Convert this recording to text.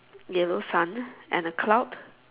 yellow sun and a cloud